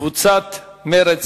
קבוצת מרצ,